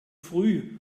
früh